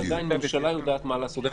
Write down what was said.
אבל עדיין הממשלה יודעת מה לעשות.